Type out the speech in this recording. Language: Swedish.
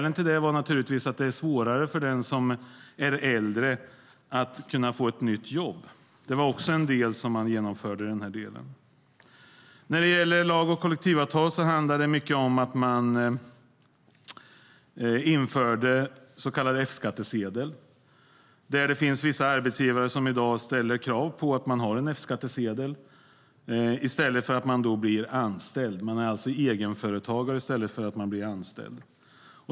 Det är naturligtvis att det är svårare för den som är äldre att få ett nytt jobb. Detta var också något som man genomförde. När det gäller lag och kollektivavtal handlar det mycket om att man införde så kallad F-skattsedel. Vissa arbetsgivare ställer i dag krav på att man har F-skattsedel i stället för att man blir anställd. Man är alltså egenföretagare i stället för att bli anställd.